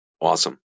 Awesome